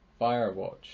Firewatch